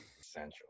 Essential